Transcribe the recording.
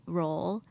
role